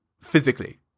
physically